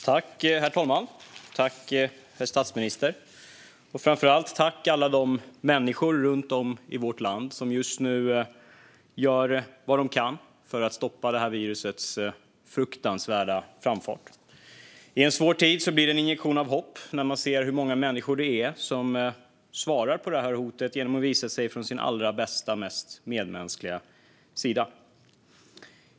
Herr talman! Tack, herr statsminister! Och framför allt: Tack till alla människor runt om i vårt land som just nu gör vad de kan för att stoppa detta virus fruktansvärda framfart! I en svår tid blir det en injektion av hopp när man ser hur många människor som svarar på hotet genom att visa sig från sin allra bästa och mest medmänskliga sida.